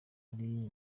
ari